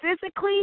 physically